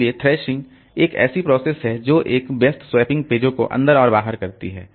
इसलिए थ्रैशिंग एक ऐसी प्रोसेस है जो एक व्यस्त स्वैपिंग पेजों को अंदर और बाहर करती है